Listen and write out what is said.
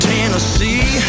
Tennessee